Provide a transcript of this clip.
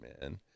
man